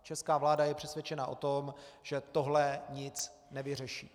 Česká vláda je přesvědčena o tom, že tohle nic nevyřeší.